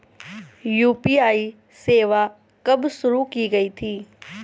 UPI सेवा कब शुरू की गई थी?